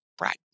Right